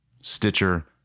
Stitcher